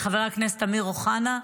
חבר הכנסת אמיר אוחנה,